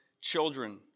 children